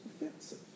offensive